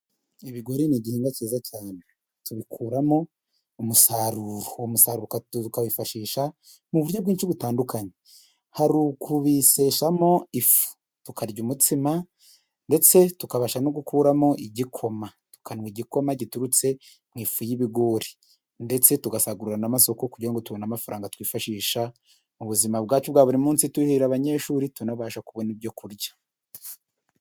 Ibigori nigihingwa cyiza cyane. Tubikuramo umusaruro, uwo musaruro tukawifashisha mu buryo bwinshi butandukanye. Hari ukubisheshamo ifu, tukarya umutsima, ndetse tukabasha no gukuramo igikoma. Tukanywa igikoma giturutse mu ifu y'ibigori. Ndetse tugasagurira n'amasoko kugira ngo tubone amafaranga twifashisha mu buzima bwacu bwa buri munsi turihira abanyeshuri tunabasha kubona ibyo kurya.